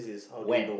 when